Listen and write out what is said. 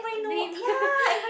lame